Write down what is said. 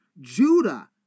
Judah